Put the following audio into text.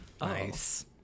Nice